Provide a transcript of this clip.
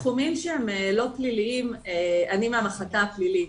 אני מהמחלקה הפלילית,